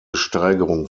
steigerung